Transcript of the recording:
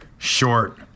Short